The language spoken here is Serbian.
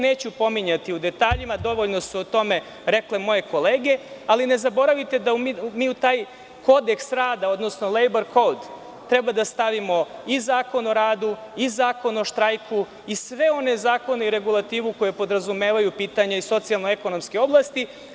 Neću ih pominjati u detaljima, dovoljno su o tome rekle moje kolege, ali ne zaboravite da mi u taj kodeks rada, odnosno „lejbar“ kod treba da stavimo i Zakon o radu, i Zakon o štrajku, i sve one zakone i regulativu koje podrazumevaju pitanja i socijalnoekonomske oblasti.